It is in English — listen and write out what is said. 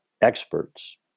experts